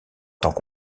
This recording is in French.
temps